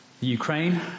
Ukraine